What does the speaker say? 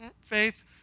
faith